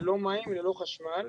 ללא מים וללא חשמל.